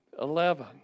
Eleven